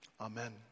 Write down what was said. Amen